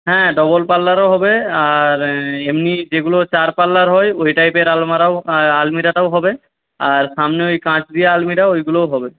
হ্যাঁ ডবল পাল্লারও হবে আর এমনি যেগুলো চার পাল্লার হয় ওই টাইপের আলমারাও আলমিরাটাও হবে আর সামনে ওই কাচ দেওয়া আলমিরা ওইগুলোও হবে